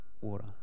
water